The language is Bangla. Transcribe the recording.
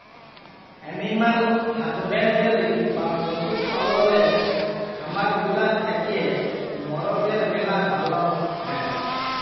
এনিম্যাল হাসব্যাল্ডরি বা পশু পাললের খামার গুলা থ্যাকে মরদের ম্যালা ভাল হ্যয়